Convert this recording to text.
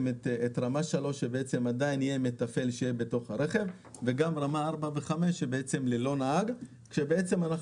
ברמה 3 עדיין יהיה מתפעל ברכב וגם רמות 4 ו-5 ללא נהג כשאנחנו